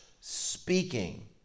speaking